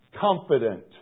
confident